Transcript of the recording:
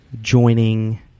joining